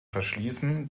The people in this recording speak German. verschließen